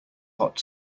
hot